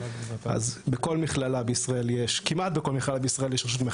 אז כמעט בכל מכללה בישראל יש רשות מחקר,